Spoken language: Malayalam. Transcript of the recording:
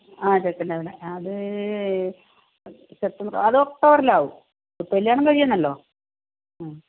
ആ ചെറുക്കൻറെ അവിടെ അത് സെപ്റ്റംബർ അത് ഒക്ടോബറിലാവും ഒത്തു കല്യാണം കഴിയണമല്ലോ മ്